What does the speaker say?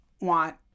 want